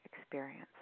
experience